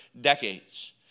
decades